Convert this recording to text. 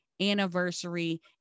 anniversary